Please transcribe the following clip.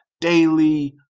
daily